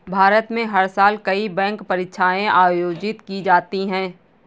भारत में हर साल कई बैंक परीक्षाएं आयोजित की जाती हैं